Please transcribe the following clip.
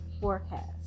forecast